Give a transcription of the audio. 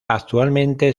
actualmente